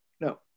No